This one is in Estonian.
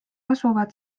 asuvad